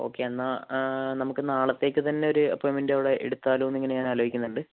okay എന്നാൽ നമുക്ക് നാളത്തേക്ക് തന്നെ ഒരു അപ്പോയ്ൻമെൻറ് അവിടെ എടുത്താലോ എന്ന് ഇങ്ങനെ ഞാൻ ആലോചിക്കുന്നുണ്ട്